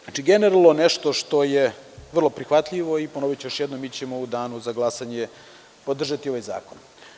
Znači, generalno nešto što je vrlo prihvatljivo i, ponoviću još jednom, mi ćemo u Danu za glasanje podržati ovaj zakon.